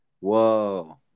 Whoa